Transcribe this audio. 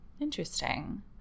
Interesting